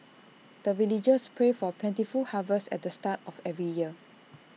the villagers pray for plentiful harvest at the start of every year